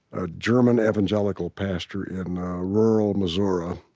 a german evangelical pastor in rural missouri,